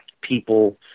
people